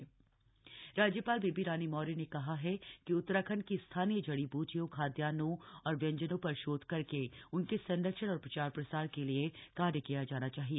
राज्यपाल राज्यपाल बेबी रानी मौर्य ने कहा है कि उत्तराखण्ड की स्थानीय जड़ी बूटियों खाद्यान्नों और व्यंजनों पर शोध करके उनके संरक्षण और प्रचार प्रसार के लिये कार्य किया जाना चाहिए